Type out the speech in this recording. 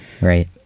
right